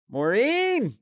Maureen